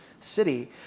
city